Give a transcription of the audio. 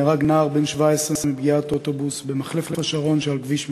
נהרג נער בן 17 מפגיעת אוטובוס במחלף השרון שעל כביש מס'